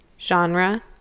genre